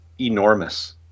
enormous